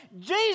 Jesus